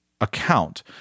account